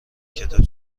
کتاب